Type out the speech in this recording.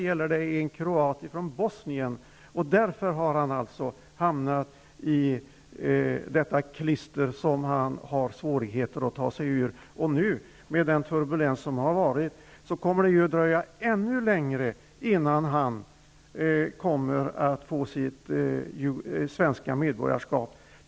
Nu gäller det en kroat från Bosnien, och därför har han hamnat i detta klister som han har svårigheter med att ta sig ur. Med den turbulens som har förekommit, kommer det ju nu att dröja ännu längre innan han kan få sitt svenska medborgarskap.